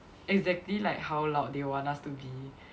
exactly like how loud they want us to be